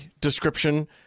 description